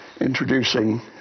introducing